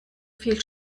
viel